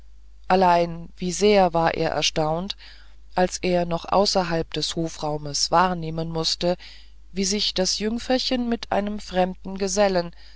allein wie sehr war er erstaunt als er noch außerhalb des hofraumes wahrnehmen mußte wie sich das jüngferchen mit einem fremden gesellen